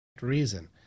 reason